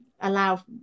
allow